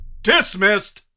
Dismissed